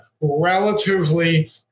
relatively